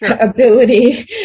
ability